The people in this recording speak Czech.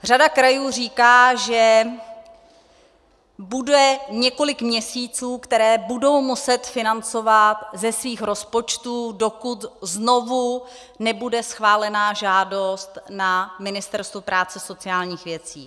Řada krajů říká, že bude několik měsíců, které budou muset financovat ze svých rozpočtů, dokud nebude znovu schválena žádost na Ministerstvo práce a sociálních věcí.